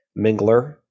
mingler